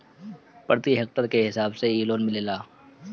प्रति हेक्टेयर के हिसाब से इ लोन मिलेला